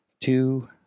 two